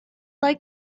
like